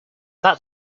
that